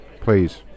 Please